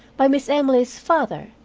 by miss emily's father,